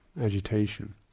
agitation